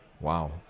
Wow